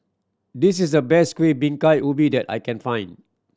this is the best Kuih Bingka Ubi that I can find